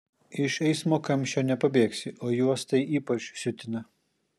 iš eismo kamščio nepabėgsi o juos tai ypač siutina